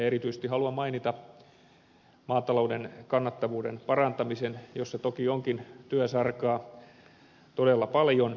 erityisesti haluan mainita maatalouden kannattavuuden parantamisen jossa toki onkin työsarkaa todella paljon